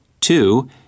Two